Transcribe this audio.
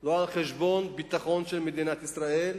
לא על-חשבון הביטחון של מדינת ישראל,